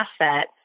asset